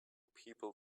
people